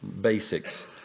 basics